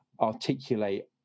articulate